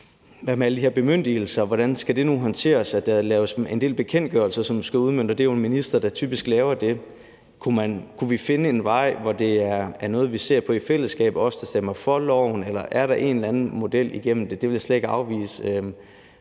Hvad med alle de her bemyndigelser? Og hvordan skal det nu håndteres, at der laves en del bekendtgørelser, som skal udmønte det? Det er jo typisk en minister, der laver det. Kunne vi finde en vej, hvor det er noget, som vi, der stemmer for loven, ser på i fællesskab, eller er der en eller anden model igennem det? Det vil jeg slet ikke afvise,